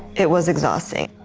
it was exhausting.